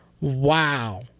Wow